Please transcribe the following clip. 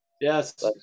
Yes